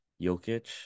Jokic